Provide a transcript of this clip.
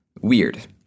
weird